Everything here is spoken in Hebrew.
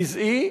גזעי,